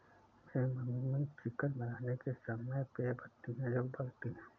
मेरी mummy chicken बनाने के समय बे पत्तियां जरूर डालती हैं